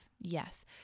yes